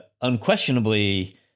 unquestionably